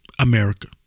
America